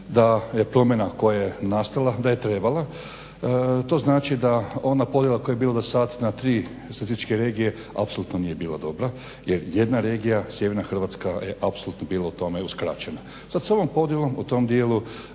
da je promjena koja je nastala da je trebala. To znači da ona podjela koja je bila do sada na tri statističke regije apsolutno nije bila dobra jer jedna regija sjeverna Hrvatska je apsolutno bila u tome uskraćena. Sada sa ovom podjelom u tom dijelu